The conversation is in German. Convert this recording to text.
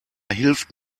hilft